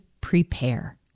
prepare